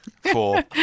Four